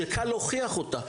שקל להוכיח אותה.